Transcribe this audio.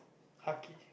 hulky